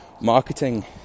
marketing